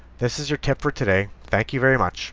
this is your tip for today. thank you very much.